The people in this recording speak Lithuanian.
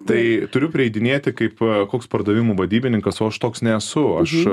tai turiu prieidinėti kaip koks pardavimų vadybininkas o aš toks nesu aš